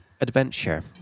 adventure